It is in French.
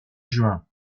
juin